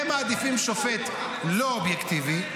אתם מעדיפים שופט לא אובייקטיבי,